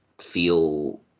feel